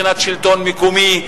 מבחינת שלטון מקומי,